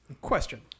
Question